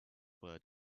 word